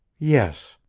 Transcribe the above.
yes.